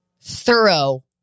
thorough